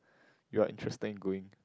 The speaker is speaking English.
you are interested in going